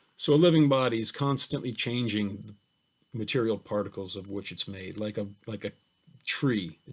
so a living body is constantly changing material particles of which it's made. like um like a tree,